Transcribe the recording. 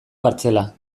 kartzela